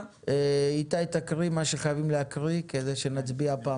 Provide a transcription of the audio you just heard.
איתי תקריא מה שחייבים להקריא כדי שנוכל להצביע בפעם הבאה.